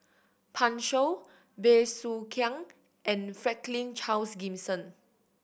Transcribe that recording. Pan Shou Bey Soo Khiang and Franklin Charles Gimson